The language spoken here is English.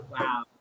Wow